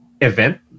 event